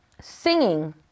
singing